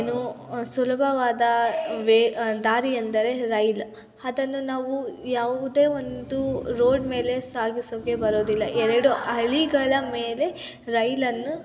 ಏನು ಸುಲಭವಾದ ವೇ ದಾರಿಯೆಂದರೆ ರೈಲು ಅದನ್ನು ನಾವು ಯಾವುದೇ ಒಂದು ರೋಡ್ ಮೇಲೆ ಸಾಗಿಸೋಕ್ಕೆ ಬರೋದಿಲ್ಲ ಎರಡು ಹಳಿಗಳ ಮೇಲೆ ರೈಲನ್ನು